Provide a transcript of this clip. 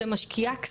רצח שלוש נשים תוך